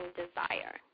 desire